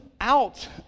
out